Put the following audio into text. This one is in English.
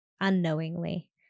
unknowingly